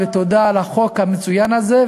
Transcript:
ותודה על החוק המצוין הזה,